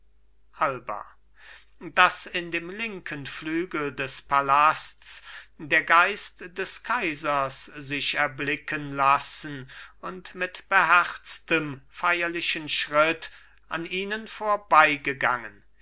alba daß in dem linken flügel des palasts der geist des kaisers sich erblicken lassen und mit beherztem feierlichem schritt an ihnen